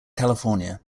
california